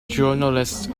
journalist